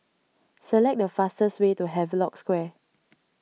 select the fastest way to Havelock Square